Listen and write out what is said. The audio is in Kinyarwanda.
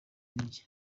mujyi